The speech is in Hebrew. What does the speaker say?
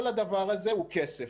כל הדבר הזה הוא כסף.